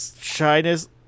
shyness